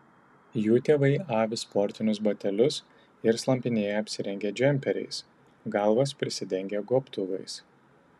jų tėvai avi sportinius batelius ir slampinėja apsirengę džemperiais galvas prisidengę gobtuvais